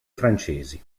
francesi